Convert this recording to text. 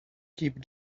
keep